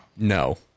No